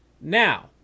Now